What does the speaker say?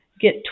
get